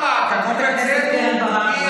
חברת הכנסת קרן ברק,